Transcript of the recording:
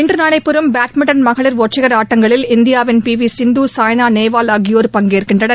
இன்று நடைபெறும் பேட்மின்டன் மகளிர் ஒற்றையர் ஆட்டங்களில் இந்தியாவின் பி வி சிந்து சாய்னா நேவால் ஆகியோர் பங்கேற்கின்றனர்